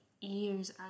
years